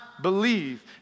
believe